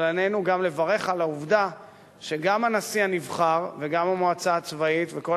אבל עלינו גם לברך על העובדה שגם הנשיא הנבחר וגם המועצה הצבאית וכל